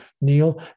neil